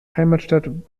heimatstadt